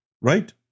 Right